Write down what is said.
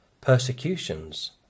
persecutions